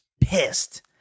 pissed